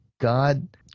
God